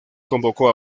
convocó